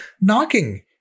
knocking